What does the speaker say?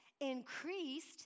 increased